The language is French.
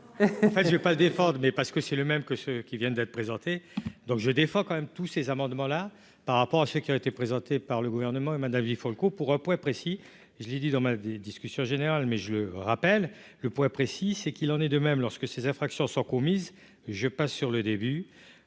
Je vais le défendre, enfin j'ai pas d'effort mais parce que c'est le même que ceux qui viennent d'être présentés, donc je défends quand même tous ces amendements là par rapport à ce qui a été présenté par le gouvernement et Mahdavi Folco pour point précis, je l'ai dit dans ma des discussions générales mais je le rappelle, le point précis c'est qu'il en est de même lorsque ces infractions sont commises, je passe sur le début